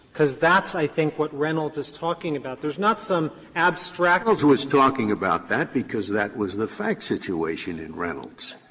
because that's i think what reynolds is talking about. there's not some abstract scalia reynolds was talking about that because that was the fact situation in reynolds.